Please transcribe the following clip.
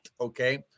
Okay